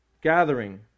gathering